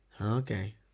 Okay